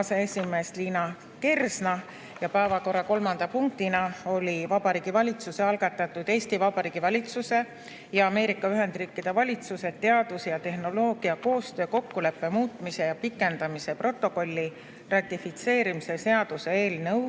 aseesimees Liina Kersna ja päevakorra kolmanda punktina oli [arutelul] Vabariigi Valitsuse algatatud Eesti Vabariigi valitsuse ja Ameerika Ühendriikide valitsuse teadus- ja tehnoloogiakoostöö kokkuleppe muutmise ja pikendamise protokolli ratifitseerimise seaduse eelnõu